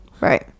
right